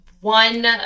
one